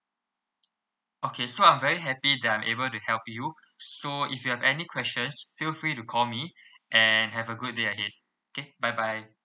okay so I'm very happy that I'm able to help you so if you have any questions feel free to call me and have a good day again okay bye bye